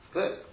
Good